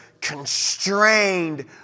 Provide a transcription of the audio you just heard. constrained